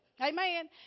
Amen